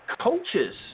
coaches